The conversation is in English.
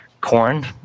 Corn